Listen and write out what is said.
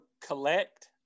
collect